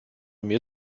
mir